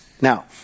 Now